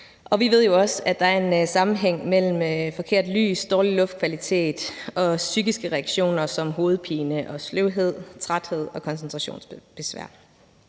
Og vi ved jo også, at der er en sammenhæng mellem et forkert lys og en dårlig luftkvalitet og psykiske reaktioner som hovedpine og sløvhed, træthed og koncentrationsbesvær.